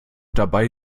dabei